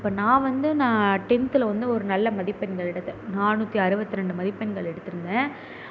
இப்போ நான் வந்து நான் டென்த்தில் வந்து ஒரு நல்ல மதிப்பெண்கள் எடுத்தேன் நானூற்றி அறுபத்தி ரெண்டு மதிப்பெண்கள் எடுத்திருந்தேன்